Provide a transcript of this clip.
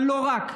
אבל לא רק.